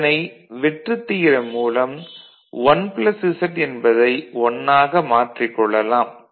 இதனை வெற்று தியரம் மூலம் 1 z என்பதை 1 ஆக மாற்றிக் கொள்ளலாம்